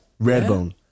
Redbone